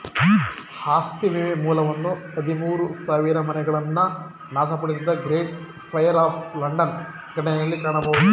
ಆಸ್ತಿ ವಿಮೆ ಮೂಲವನ್ನ ಹದಿಮೂರು ಸಾವಿರಮನೆಗಳನ್ನ ನಾಶಪಡಿಸಿದ ಗ್ರೇಟ್ ಫೈರ್ ಆಫ್ ಲಂಡನ್ ಘಟನೆಯಲ್ಲಿ ಕಾಣಬಹುದು